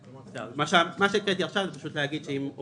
מה שהקראתי עכשיו זה פשוט להגיד שאם הוא